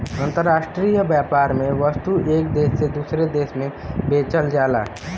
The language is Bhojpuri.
अंतराष्ट्रीय व्यापार में वस्तु एक देश से दूसरे देश में बेचल जाला